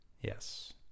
Yes